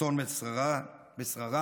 רצון לשררה.